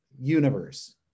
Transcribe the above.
universe